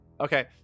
Okay